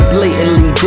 Blatantly